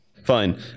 Fine